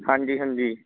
ਹਾਂਜੀ ਹਾਂਜੀ